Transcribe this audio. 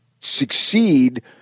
succeed